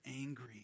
angry